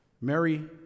Mary